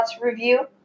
review